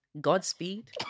Godspeed